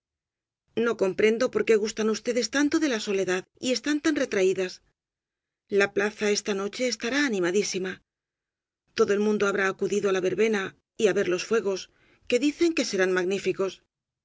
no comprendo por qué gustan ustedes tanto de la soledad y están tan retraídas la plaza esta noche estará animadísima todo el mundo habrá acudido á la verbena y á ver los fuegos que dicen que serán magníficos